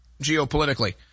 geopolitically